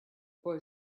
boy